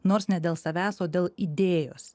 nors ne dėl savęs o dėl idėjos